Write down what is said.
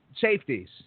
safeties